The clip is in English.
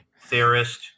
theorist